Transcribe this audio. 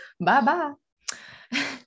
Bye-bye